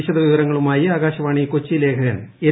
വിശദവിവരങ്ങളുമായി ആകാശവാണി കൊച്ചി ലേഖകൻ എൻ